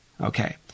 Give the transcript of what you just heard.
Okay